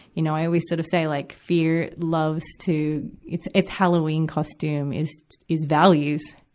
you know. i always sort of say like fear loves to, its, its halloween costume is is values.